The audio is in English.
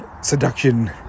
seduction